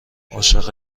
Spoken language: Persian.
عاشق